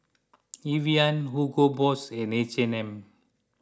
Evian Hugo Boss and H and M